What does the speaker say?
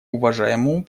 уважаемому